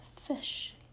fish